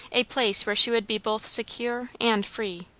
a place where she would be both secure and free.